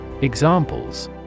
Examples